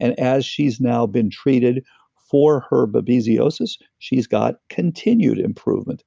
and as she's now been treated for her but babesiosis, she's got continued improvement